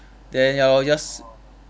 then ya lor just